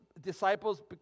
disciples